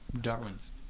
darwin's